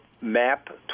Map